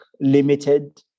Limited